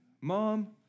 Mom